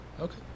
okay